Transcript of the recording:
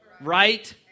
right